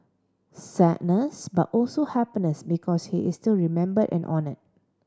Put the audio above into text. sadness but also happiness because he is still remembered and honoured